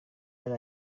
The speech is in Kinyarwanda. yari